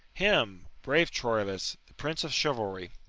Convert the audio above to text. hem! brave troilus, the prince of chivalry!